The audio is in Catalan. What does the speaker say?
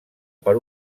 per